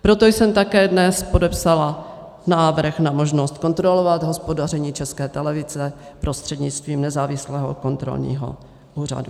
Proto jsem také dnes podepsala návrh na možnost kontrolovat hospodaření České televize prostřednictvím nezávislého kontrolního úřadu.